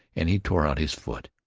and he tore out his foot.